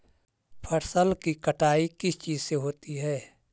फसल की कटाई किस चीज से होती है?